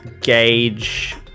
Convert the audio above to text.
gauge